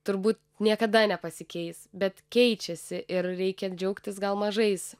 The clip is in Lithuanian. turbūt niekada nepasikeis bet keičiasi ir reikia džiaugtis gal mažais